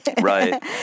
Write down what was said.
Right